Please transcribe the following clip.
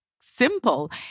simple